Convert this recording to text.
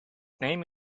name